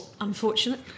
unfortunate